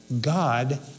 God